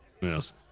Yes